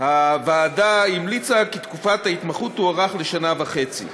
הוועדה המליצה כי תקופת ההתמחות תוארך לשנה וחצי.